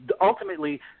ultimately